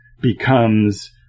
becomes